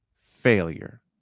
failure